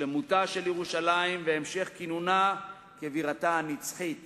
שלמותה של ירושלים והמשך כינונה כבירתה הנצחית